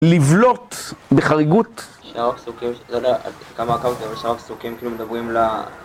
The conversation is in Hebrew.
לבלוט בחריגות, שאר הפסוקים, שאר הפסוקים מדברים ל..